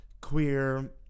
queer